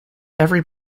every